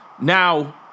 Now